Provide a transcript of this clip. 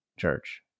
Church